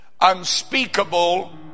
unspeakable